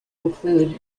include